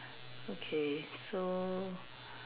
okay so